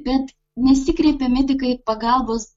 bet nesikreipia medikai pagalbos